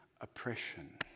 oppression